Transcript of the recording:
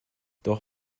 doch